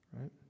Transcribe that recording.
right